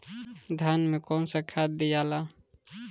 धान मे कौन सा खाद दियाला?